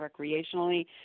recreationally